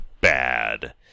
bad